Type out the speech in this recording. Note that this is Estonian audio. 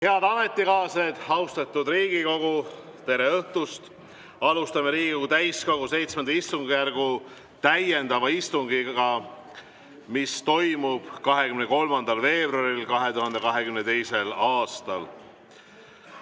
Head ametikaaslased, austatud Riigikogu! Tere õhtust! Alustame Riigikogu täiskogu VII istungjärgu täiendavat istungit, mis toimub 23. veebruaril 2022. aastal.